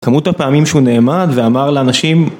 כמות הפעמים שהוא נעמד ואמר לאנשים